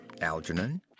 Algernon